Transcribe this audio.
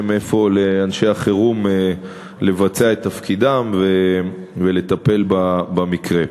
לאנשי החירום איפה לבצע את תפקידם ולטפל במקרה.